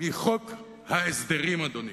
מחוק ההסדרים, אדוני.